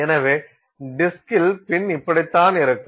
எனவே டிஸ்கில் பின் இப்படித்தான் இருக்கும்